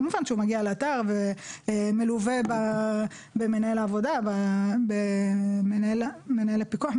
כמובן שהוא מגיע לאתר מלווה במנהל העבודה או מנהל הפיקוח,